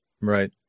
Right